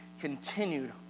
continued